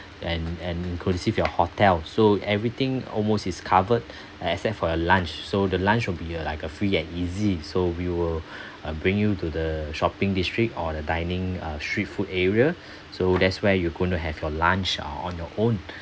and and inclusive your hotel so everything almost is covered except for your lunch so the lunch will be uh like a free and easy so we will uh bring you to the shopping district or the dining uh street food area so there's where you going to have your lunch uh on your own